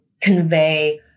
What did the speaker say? convey